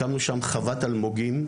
הקמנו שם חוות אלמוגים,